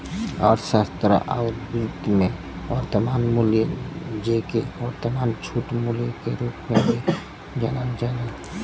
अर्थशास्त्र आउर वित्त में, वर्तमान मूल्य, जेके वर्तमान छूट मूल्य के रूप में भी जानल जाला